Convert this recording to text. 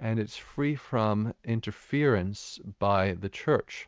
and it's free from interference by the church.